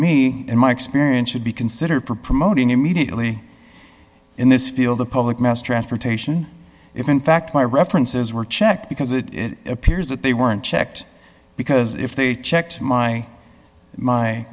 me in my experience should be considered for promoting immediately in this field of public mass transportation if in fact my references were checked because it appears that they weren't checked because if they checked my my